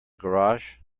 garage